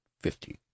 fifty